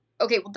okay